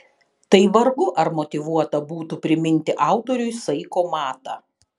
tai vargu ar motyvuota būtų priminti autoriui saiko matą